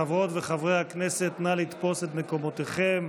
חברות וחברי הכנסת, נא לתפוס את מקומותיכם.